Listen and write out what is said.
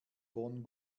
bonn